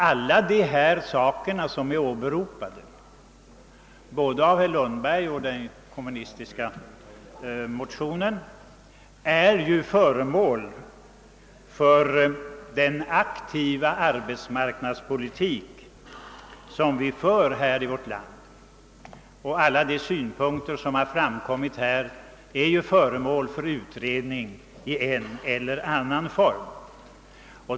Alla de saker som åberopats, både av herr Lundberg och i det kommunistiska motionsparet, är föremål för den aktiva arbetsmarknadspolitik som vi för i vårt land. Alla de synpunkter som framkommit utreds i en eller annan form.